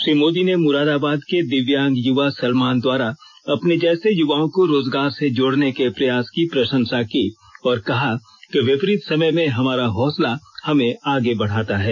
श्री मोदी ने मुरादाबाद के दिव्यांग युवा सलमान द्वारा अपने जैसे युवाओं को रोजगार से जोड़ने के प्रयास की प्रषंसा की और कहा कि विपरीत समय में हमारा हौसला हमें आगे बढ़ाता है